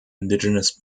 indigenous